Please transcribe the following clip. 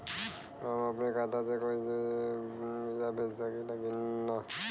हम अपने खाता से कोई के पैसा भेज सकी ला की ना?